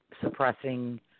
suppressing